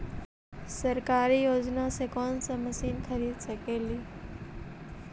सरकारी योजना से कोन सा मशीन खरीद सकेली?